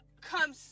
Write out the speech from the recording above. come